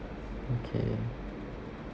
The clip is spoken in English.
okay